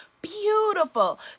beautiful